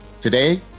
Today